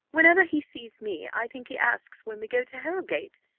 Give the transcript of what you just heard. whenever he sees me, i think he asks when we go to harrowgate.